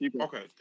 Okay